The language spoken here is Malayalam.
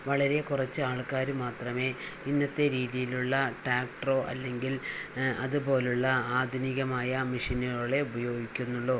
വളരെ കുറച്ച് ആൾക്കാര് മാത്രമേ ഇന്നത്തെ രീതിയിലുള്ള ട്രാക്ടറോ അല്ലെങ്കിൽ അതുപോലുള്ള ആധുനികമായ മിഷ്യനുകളെ ഉപയോഗിക്കുന്നുള്ളൂ